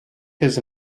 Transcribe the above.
his